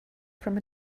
from